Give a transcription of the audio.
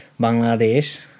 bangladesh